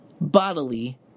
bodily